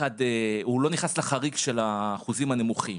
לא נכנס לחריג של האחוזים הנמוכים.